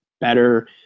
better